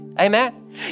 Amen